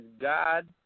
God